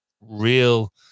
real